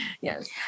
Yes